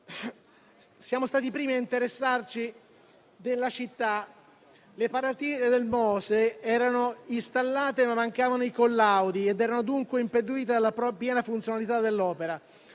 è stato il primo a interessarsi della città. Le paratie del Mose erano installate, ma mancavano i collaudi e ne era dunque impedita la piena funzionalità.